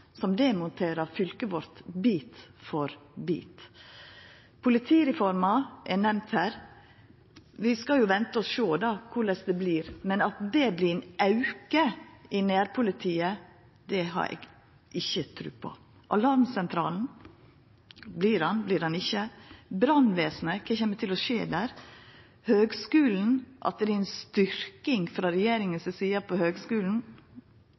som demonterer fylket vårt bit for bit. Politireforma er nemnd her – vi skal jo vente og sjå korleis det blir, men at det vert ein auke i nærpolitiet, har eg ikkje tru på. Alarmsentralen – vert han eller vert han ikkje verande? Brannvesenet – kva kjem til å skje der? Høgskulen – vert det ei styrking frå regjeringa si side på Høgskulen?